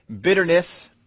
bitterness